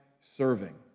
serving